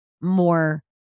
more